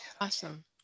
Awesome